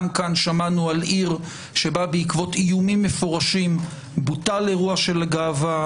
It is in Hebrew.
גם כאן שמענו על עיר שבה בעקבות איומים מפורשים בוטל אירוע של גאווה,